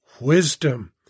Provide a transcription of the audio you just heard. wisdom